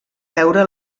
veure